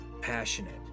passionate